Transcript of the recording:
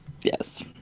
Yes